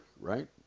right